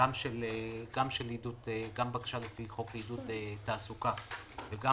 גם בקשה לפי חוק עידוד תעסוקה וגם